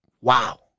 Wow